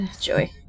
Joy